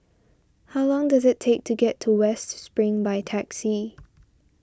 how long does it take to get to West Spring by taxi